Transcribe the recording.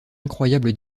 incroyable